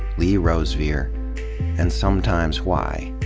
lee rosevere, and sumtimes why.